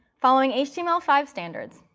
following h t m l five standards,